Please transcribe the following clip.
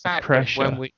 pressure